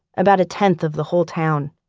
about a tenth of the whole town.